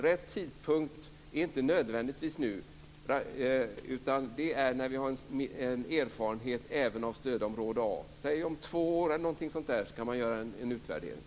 Rätt tidpunkt är inte nödvändigtvis nu, utan det är när vi har erfarenhet även från stödområde A. Om två år, t.ex., kan man göra en utvärdering.